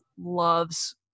loves